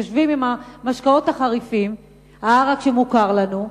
יושבים עם המשקאות החריפים, העראק שמוכר לנו,